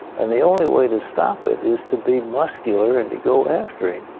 and the only way to stop it is to be muscular and to go after him.